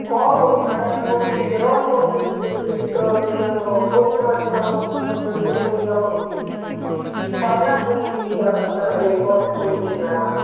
କ'ଣ ବୋଲ ଭାଇନା ମୋର ଟିକେ ରଙ୍ଗ ବସାଇ ଦେଲି ତ ସିଏ ଆମର ବରିଗମା ଯିବା ବସ୍ରେ ନ ଚଢ଼ିକି ମୁଇଁ ଆମର ସି ପାରଲାଖେମୁଣ୍ଡି ଯିବା ରାସ୍ତା ଏ ବସ୍ରେ ଚଢ଼ାଇଦେଲି ଭାଇନା